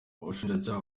ubushinjacyaha